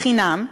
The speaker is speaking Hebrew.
חינם,